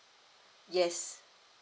yes